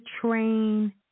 train